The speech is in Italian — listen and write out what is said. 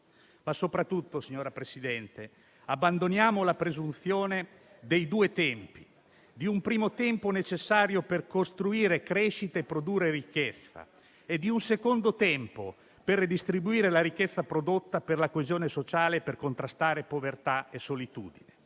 Ma soprattutto, signora Presidente, abbandoniamo la presunzione dei due tempi: di un primo tempo necessario per costruire crescita e produrre ricchezza e di un secondo tempo per redistribuire la ricchezza prodotta per la coesione sociale e per contrastare povertà e solitudine.